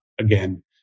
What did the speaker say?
again